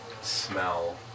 smell